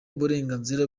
uburenganzira